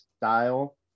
style